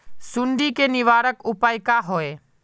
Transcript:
सुंडी के निवारक उपाय का होए?